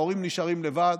ההורים נשארים לבד,